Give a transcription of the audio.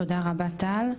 תודה רבה טל,